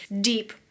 deep